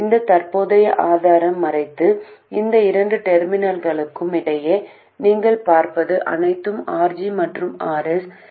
இந்த தற்போதைய ஆதாரம் மறைந்து இந்த இரண்டு டெர்மினல்களுக்கு இடையே நீங்கள் பார்ப்பது அனைத்தும் RG மற்றும் Rs